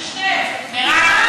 של שניהם.